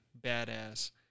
badass